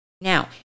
Now